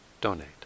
donate